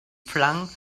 flung